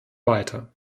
weiter